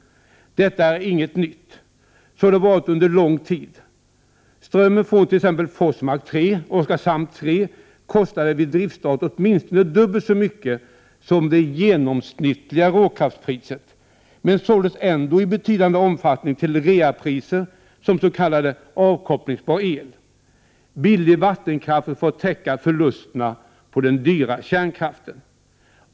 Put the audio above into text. Detta är inget nytt. Så har det varit under lång tid. Priset för strömmen från t.ex. Forsmark 3 och Oskarshamn 3 var vid driftstart åtminstone dubbelt så högt som det genomsnittliga råkraftpriset. Men den strömmen såldes ändå i betydande omfattning till reapris som s.k. avkopplingsbar el. Billig vattenkraft har fått täcka förlusterna på den dyra kärnkraften.